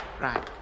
Right